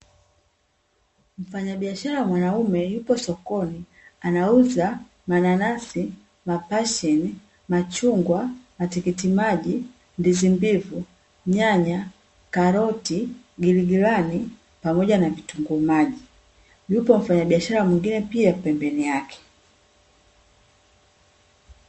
Mfanyabiashara mwanaume yupo sokoni, anauza mananasi, mapasheni, machungwa, matikiti maji, ndizi mbivu, nyanya, karoti, giligilani pamoja na vitunguu maji. Yupo mfanyabiashara mwingine pia pembeni yake,